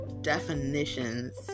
definitions